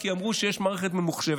כי אמרו שיש מערכת ממוחשבת.